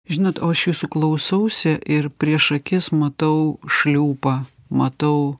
žinot o aš jūsų klausausi ir prieš akis matau šliūpą matau